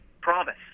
promise